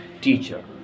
teacher